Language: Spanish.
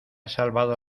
salvado